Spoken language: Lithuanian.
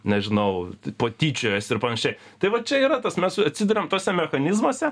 nežinau po tyčiojosi ir panašiai tai va čia yra tas mes atsiduriam tuose mechanizmuose